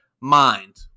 mind